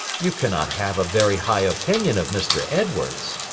you cannot have a very high opinion of mr. edwards.